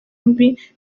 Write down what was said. mbi